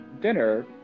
dinner